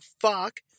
fuck